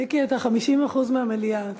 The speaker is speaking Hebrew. מיקי, אתה 50% מהמליאה.